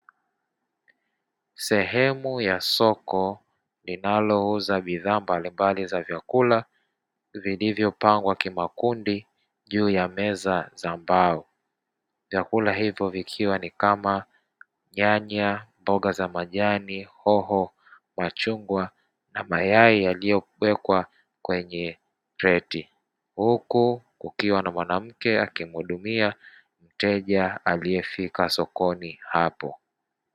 Sehemu ya soko linalouza bidhaa mbalimbali za vyakula zilivyopangwa kimakundi juu ya meza za mbao vyakula hivyo vikiwa ni kama nyanya, mboga za majani, hoho, machungwa na mayai yaliyokuwekwa kwenye pleti, huku kukiwa na mwanamke akimuhudumia mteja aliyefika sokoni hapo.